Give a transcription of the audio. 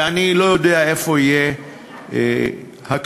ואני לא יודע איפה יהיה הקצה,